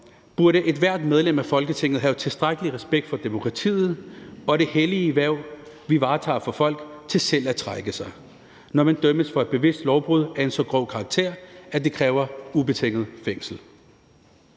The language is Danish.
burde ethvert medlem af Folketinget have tilstrækkelig respekt for demokratiet og det hellige hverv, vi varetager for folk, til selv at trække sig, når man dømmes for et bevidst lovbrud af en så grov karakter, at det kræver ubetinget fængsel.